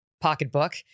pocketbook